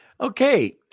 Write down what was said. Okay